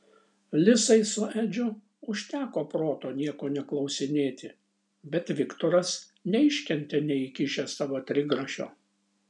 lisai su edžiu užteko proto nieko neklausinėti bet viktoras neiškentė neįkišęs savo trigrašio